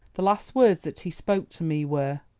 the last words that he spoke to me were,